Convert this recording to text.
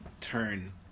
turn